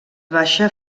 baixa